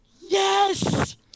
Yes